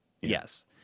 yes